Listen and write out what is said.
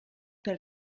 per